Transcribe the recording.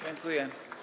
Dziękuję.